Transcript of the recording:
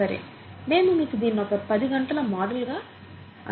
సరే మేము మీకు దీన్ని ఒక పది గంటల మోడెల్ లా అందజేస్తాము